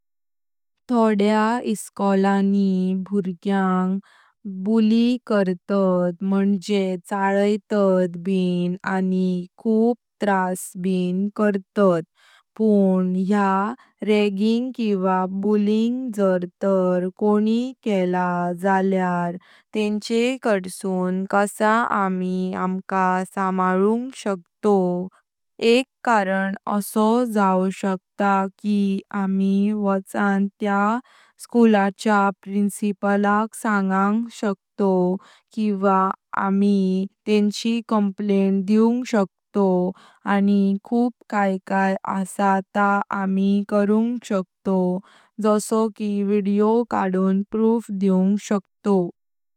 थोड्या इसकुलानी बुरग्यांग बिल्ली करतात म्हणजे चलैतात ब आनी खूप त्रास ब करतात। पण या रैगिंग किवा बुलिंग जर तर कोणाय केला झाल्यार तेंचेकडसून कसा आमी अमका समाळुंग शकतोव? एक कारण असो जाव शकता कि आमी वाचन त्या स्कूलाच्या प्रिंसिपलक सांगंय शकतोव किवा आमी तेंची कंप्लेंट दिव शकतोव। आनी खूप काय काय असा त आमी करूंग शकतोव जसों कि विडिओ काडून प्रूफ दिव शकतोव।